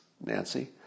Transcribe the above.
Nancy